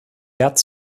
wert